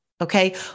Okay